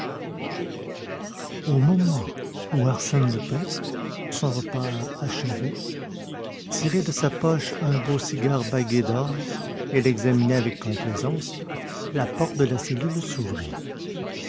au moment où arsène lupin son repas achevé tirait de sa poche un beau cigare bagué d'or et l'examinait avec complaisance la porte de la cellule s'ouvrit